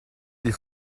des